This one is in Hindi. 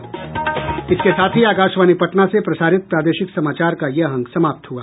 इसके साथ ही आकाशवाणी पटना से प्रसारित प्रादेशिक समाचार का ये अंक समाप्त हुआ